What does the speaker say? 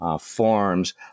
Forms